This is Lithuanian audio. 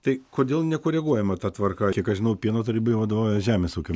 tai kodėl nekoreguojama ta tvarka kiek aš žinau pieno tarybai vadovauja žemės ūkio